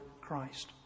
Christ